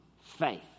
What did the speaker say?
faith